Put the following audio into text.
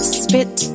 spit